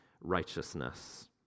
righteousness